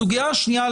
הסוגיה השנייה,